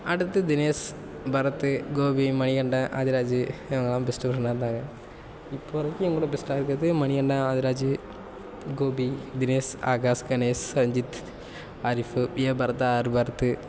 அடுத்து தினேஷ் பரத் கோபி மணிகண்டன் ஆதிராஜு இவங்கலாம் பெஸ்ட்டு ஃப்ரெண்டாக இருந்தாங்க இப்போது வரைக்கும் என் கூட பெஸ்ட்டாக இருக்கிறது Manikandan Adiraju Gopi Dinesh Akash Ganesh Ajith Arif V A Bharath R Bharat